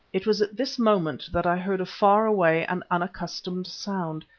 it was at this moment that i heard a far-away and unaccustomed sound,